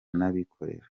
n’abikorera